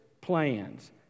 plans